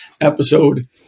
episode